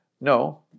No